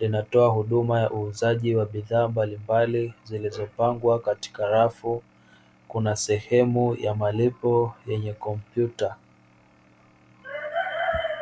linatoa huduma ya uuzaji wa bidhaa mbalimbali zilizopangwa katika rafu, kuna sehemu ya malipo yenye kompyuta.